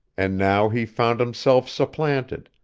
and now he found himself supplanted,